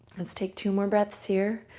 let's take two more breaths here.